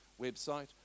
website